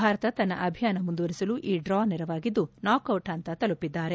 ಭಾರತ ತನ್ನ ಅಭಿಯಾನ ಮುಂದುವರಿಸಲು ಈ ಡ್ರಾ ನೆರವಾಗಿದ್ದು ನಾಕ್ ಡಿಟ್ ಹಂತ ತಲುಪಿದ್ದಾರೆ